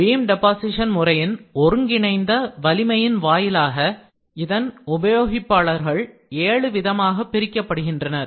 beam deposition முறையின் ஒருங்கிணைந்த வலிமையின்வாயிலாக இதன் உபயோகிப்பாளர்கள் ஏழு விதமாக பிரிக்கப்படுகின்றனர்